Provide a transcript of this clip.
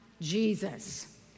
Jesus